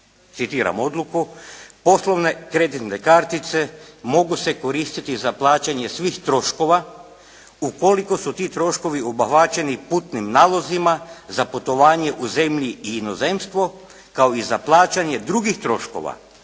Citiram odluku: «Poslovne kreditne kartice mogu se koristiti za plaćanje svih troškova ukoliko su ti troškovi obuhvaćeni putnim nalozima za putovanje u zemlji i inozemstvo kao i za plaćanje drugih troškova